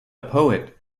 poet